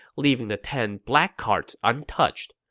leaving the ten black carts untouched.